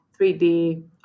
3D